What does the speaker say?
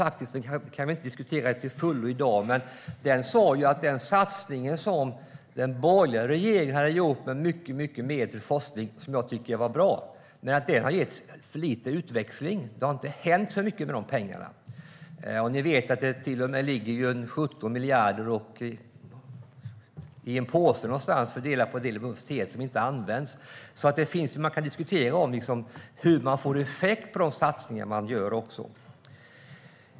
Vi kan inte diskutera den till fullo i dag, men i rapporten framgår att den satsning som den borgerliga regeringen gjorde med medel till forskning, som jag tycker var bra, har gett för låg utväxling. Det har inte hänt så mycket med de pengarna. Ni vet att det ligger 17 miljarder som inte används i en påse någonstans för att delas ut på en del universitet. Vi kan diskutera hur det blir effekt på de satsningar som görs.